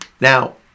Now